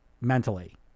mentally